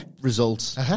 results